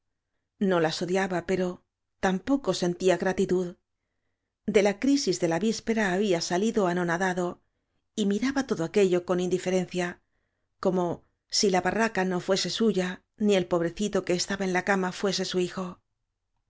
no las odiaba pero tampoco sentía gratitud de la crisis de la víspera había salido anonadado y miraba todo aquello con indiferencia como si la ba rraca no fuese suya ni el pobrecito que estaba en la cama fuese su hijo